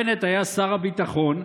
בנט היה שר הביטחון,